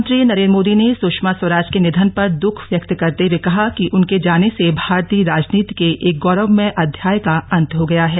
प्रधानमंत्री नरेन्द्र मोदी ने सुषमा स्वराज के निधन पर दुख व्यक्त करते हुए कहा कि उनके जाने से भारतीय राजनीति के एक गौरवमय अध्यायय का अंत हो गया है